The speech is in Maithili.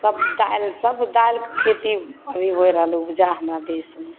सभ दालि सभ दालिके खेती अभी होइ रहल उपजा हमरा दिस